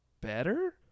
better